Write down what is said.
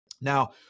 Now